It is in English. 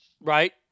Right